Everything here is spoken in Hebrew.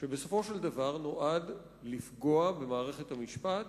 שבסופו של דבר נועד לפגוע במערכת המשפט